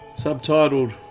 subtitled